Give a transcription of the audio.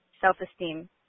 self-esteem